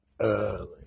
Early